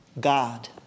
God